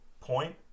point